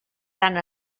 tant